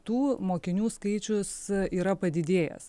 tų mokinių skaičius yra padidėjęs